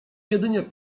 jedynie